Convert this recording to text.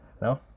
No